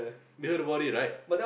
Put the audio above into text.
you heard about it right